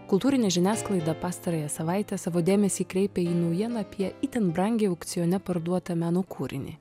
kultūrinė žiniasklaida pastarąją savaitę savo dėmesį kreipė į naujieną apie itin brangiai aukcione parduotą meno kūrinį